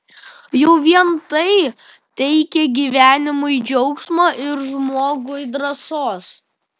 jau vien tai teikia gyvenimui džiaugsmo ir žmogui drąsos